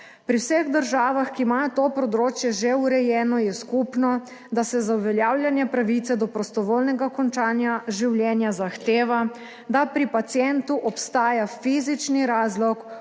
Pri vseh državah, ki imajo to področje že urejeno je skupno, da se za uveljavljanje pravice do prostovoljnega končanja življenja zahteva, da pri pacientu obstaja fizični razlog